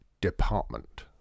department